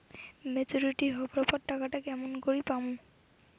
Maturity হবার পর টাকাটা কেমন করি পামু?